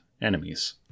enemies